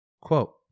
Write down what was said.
Quote